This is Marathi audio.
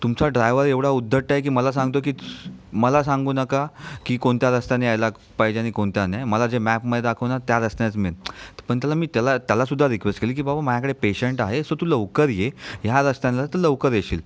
तुमचा ड्राइवर एवढा उद्धट आहे की मला सांगतो आहे की मला सांगू नका की कोणत्या रस्त्याने यायला पाहिजे आणि कोणत्या नाही मला जे मॅपमध्ये दाखवणार त्या रस्त्यानेच मी पण त्याला मी त्याला त्याला सुद्धा रिक्वेस्ट केली की बाबा माझ्याकडे पेशंट आहे सो तू लवकर ये ह्या रस्त्याने आला तर लवकर येशील